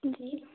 जी